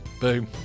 Boom